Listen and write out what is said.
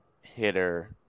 hitter –